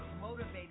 motivated